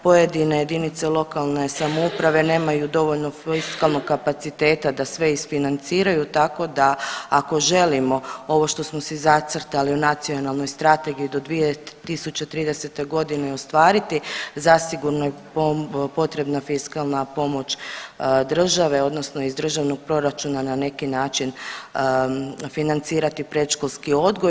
Pojedine jedinice lokalne samouprave nemaju dovoljno fiskalnog kapaciteta da sve isfinanciraju tako da ako želimo ovo što smo si zacrtali u nacionalnoj strategiji do 2030.g. ostvariti zasigurno je potrebna fiskalna pomoć države odnosno iz državnog proračuna na neki način financirati predškolski odgoj.